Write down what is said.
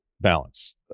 balance